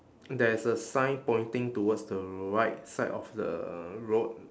there is a sign pointing towards the right side of the road